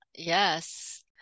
Yes